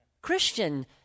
Christian